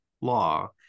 law